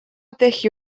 ddull